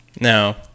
No